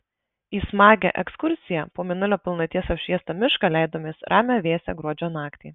į smagią ekskursiją po mėnulio pilnaties apšviestą mišką leidomės ramią vėsią gruodžio naktį